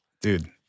Dude